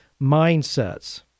mindsets